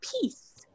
peace